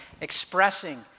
expressing